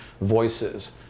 voices